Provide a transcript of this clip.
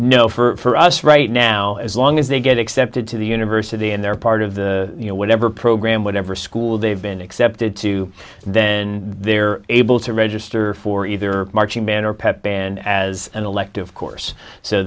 no for us right now as long as they get accepted to the university and they're part of the you know whatever program whatever school they've been accepted to then they're able to register for either marching band or pep band as an elective course so